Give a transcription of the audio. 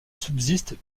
subsiste